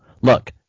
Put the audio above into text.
look